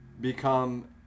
become –